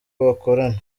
bakorana